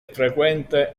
frequente